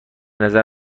نظر